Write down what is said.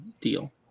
deal